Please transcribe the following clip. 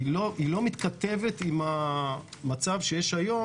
היא לא מתכתבת עם המצב שיש היום,